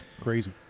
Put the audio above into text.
Crazy